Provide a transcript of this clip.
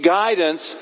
guidance